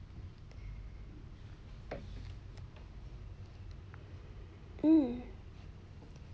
mm